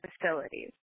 facilities